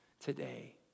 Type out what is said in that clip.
today